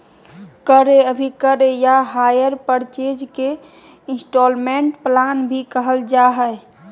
क्रय अभिक्रय या हायर परचेज के इन्स्टालमेन्ट प्लान भी कहल जा हय